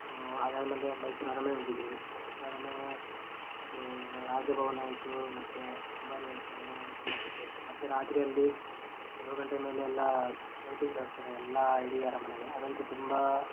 ಅದಾದಮೇಲೆ ಮೈಸೂರು ಅರಮನೆ ಹೋಗಿದ್ವಿ ಮೈಸೂರು ಅರಮನೆ ಅದ್ ಅದೂ ರಾಜಭವನ ಆಯಿತು ಮತ್ತೆ ಅಂಬಾರಿ ಆಯಿತು ಅವೆಲ್ಲ ನೋಡಿ ತುಂಬ ಖುಷಿ ಆಯಿತು ಮತ್ತು ರಾತ್ರಿ ಅಲ್ಲಿ ಏಳು ಗಂಟೆ ಮೇಲೆ ಎಲ್ಲ ಲೈಟಿಂಗ್ಸ್ ಹಾಕ್ತಾರೆ ಎಲ್ಲ ಇಡೀ ಅರಮನೆಗೆ ಅದಂತೂ ತುಂಬ